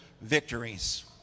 victories